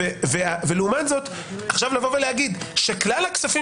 לעומת זאת עכשיו לבוא ולהגיד שכלל הכספים